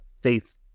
Faith